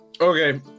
Okay